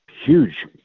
huge